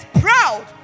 proud